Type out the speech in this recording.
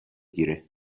گیره